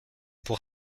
pour